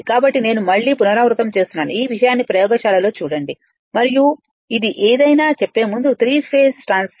కాబట్టి నేను మళ్ళీ పునరావృతం చేస్తున్నాను ఈ విషయాన్ని ప్రయోగశాలలో చూడండి మరియు ఇది ఏదైనా చెప్పే ముందు త్రీ ఫేస్ స్టేటర్ ట్రాన్స్ఫార్మర్లో ఫ్లక్స్ సమయం మారుతూ ఉంటుంది